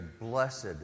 blessed